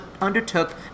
undertook